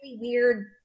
weird